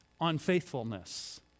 unfaithfulness